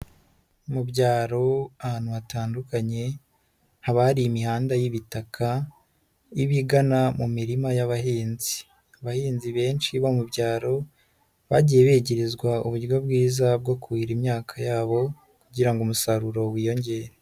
Mu byaro ahantu hatandukanye haba hari imihanda y'ibitaka iba igana mu mirima y'abahinzi. Abahinzi benshi bo mu byaro, bagiye begerezwa uburyo bwiza bwo kuhira imyaka yabo kugira ngo umusaruro wiyongere.